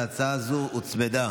להצעה זו הוצמדה